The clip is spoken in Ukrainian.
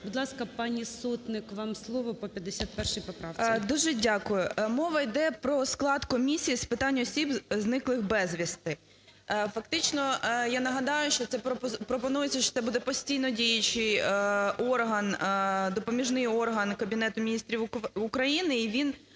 Будь ласка, пані Сотник, вам слово по 51 поправці. 13:44:34 СОТНИК О.С. Дуже дякую. Мова йде про склад Комісії з питань осіб, зниклих безвісти. Фактично я нагадаю, що це пропонується, що це буде постійно діючий орган, допоміжний орган Кабінету Міністрів України, і він